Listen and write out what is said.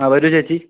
ആ വരൂ ചേച്ചി